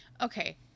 Okay